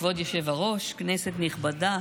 כבוד היושב-ראש, כנסת נכבדה,